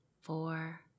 four